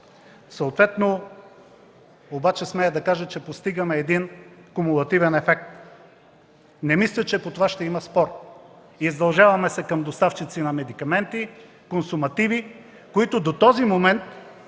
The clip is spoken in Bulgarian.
съответно обаче смея да кажа, че постигаме един кумулативен ефект. Не мисля, че по това ще има спор – издължаваме се към доставчици на медикаменти, консумативи, които до този момент